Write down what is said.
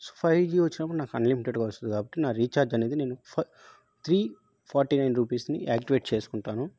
five G వచ్చినప్పుడు నాకు అన్లిమిటెడ్గా వస్తుంది కాబట్టి నా రీఛార్జ్ అనేది నేను ఫై త్రీ ఫార్టీ నైన్ రూపీస్ని యాక్టివేట్ చేసుకుంటాను